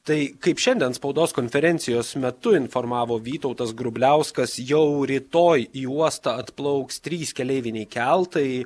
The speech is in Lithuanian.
tai kaip šiandien spaudos konferencijos metu informavo vytautas grubliauskas jau rytoj į uostą atplauks trys keleiviniai keltai